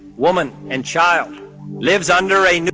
woman and child lives under a and